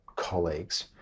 colleagues